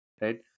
right